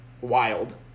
wild